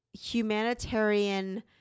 humanitarian